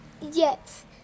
Yes